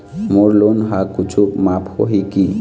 मोर loan हा कुछू माफ होही की?